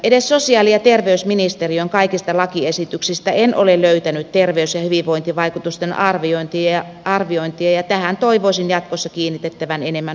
edes sosiaali ja terveysministeriön kaikista lakiesityksistä en ole löytänyt terveys ja hyvinvointivaikutusten arviointia ja tähän toivoisin jatkossa kiinnitettävän enemmän huomiota